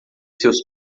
seus